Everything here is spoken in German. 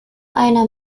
einer